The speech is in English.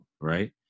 right